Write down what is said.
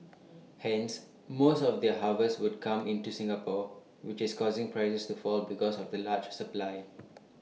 hence most of their harvest would come into Singapore which is causing prices to fall because of the large supply